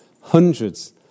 Hundreds